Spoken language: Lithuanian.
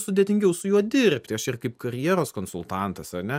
sudėtingiau su juo dirbti aš ir kaip karjeros konsultantas ane